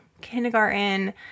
kindergarten